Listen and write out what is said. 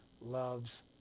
loves